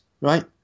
right